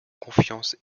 confiance